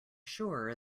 sure